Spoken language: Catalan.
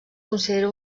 considera